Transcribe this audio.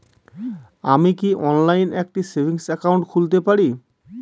আমি কি অনলাইন একটি সেভিংস একাউন্ট খুলতে পারি?